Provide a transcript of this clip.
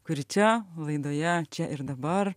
kuri čia laidoje čia ir dabar